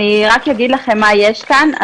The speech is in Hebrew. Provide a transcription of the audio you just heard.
אני רק אגיד לכם מה יש כאן,